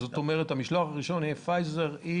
המשלוח הראשון יהיה של פייזר,